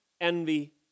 envy